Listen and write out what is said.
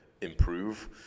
improve